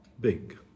big